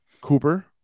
Cooper